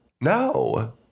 No